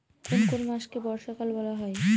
কোন কোন মাসকে বর্ষাকাল বলা হয়?